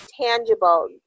tangible